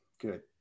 Good